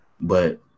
but-